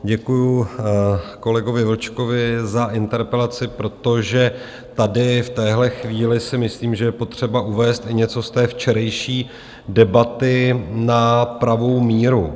Děkuji kolegovi Vlčkovi za interpelaci, protože tady v téhle chvíli si myslím, že je potřeba uvést i něco ze včerejší debaty na pravou míru.